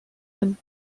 and